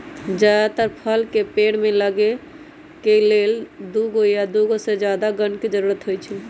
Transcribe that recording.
जदातर फल के पेड़ में फल लगे के लेल दुगो या दुगो से जादा गण के जरूरत होई छई